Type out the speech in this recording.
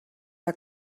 are